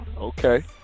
Okay